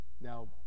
now